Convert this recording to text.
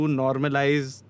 normalize